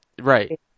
right